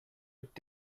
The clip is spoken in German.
mit